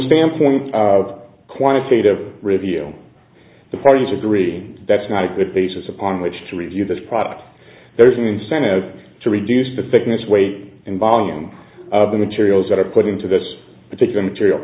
standpoint of quantitative reveal the parties agreed that's not a good basis upon which to review this product there's an incentive to reduce the thickness weight and volume of the materials that are put into this particular material